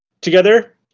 together